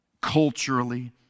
culturally